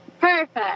Perfect